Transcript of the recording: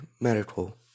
medical